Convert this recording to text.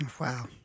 Wow